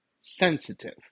sensitive